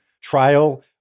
trial